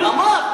ואמר.